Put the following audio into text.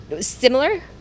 similar